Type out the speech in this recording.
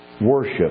worship